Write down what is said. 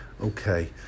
Okay